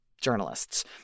journalists